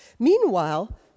Meanwhile